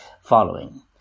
following